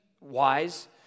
wise